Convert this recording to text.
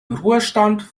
ruhestand